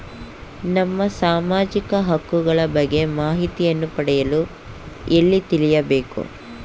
ನಮ್ಮ ಸಾಮಾಜಿಕ ಹಕ್ಕುಗಳ ಬಗ್ಗೆ ಮಾಹಿತಿಯನ್ನು ಪಡೆಯಲು ಎಲ್ಲಿ ತಿಳಿಯಬೇಕು?